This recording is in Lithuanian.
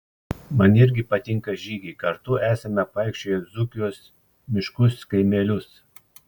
man irgi patinka žygiai kartu esame apvaikščioję dzūkijos miškus kaimelius